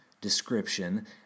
description